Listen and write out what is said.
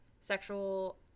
Sexual